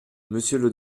monsieur